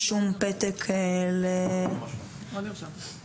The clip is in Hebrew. אישור תכניות במשטרת חיפה באמירה מאוד ברורה שחבר'ה בקהל זה מופע תרבות.